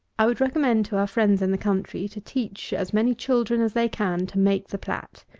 i would recommend to our friends in the country to teach as many children as they can to make the plat.